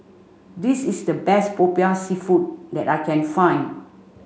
this is the best Popiah Seafood that I can find